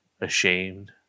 ashamed